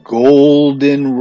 golden